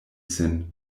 sin